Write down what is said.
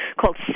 called